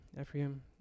Ephraim